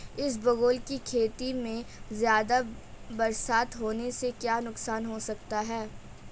इसबगोल की खेती में ज़्यादा बरसात होने से क्या नुकसान हो सकता है?